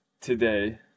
today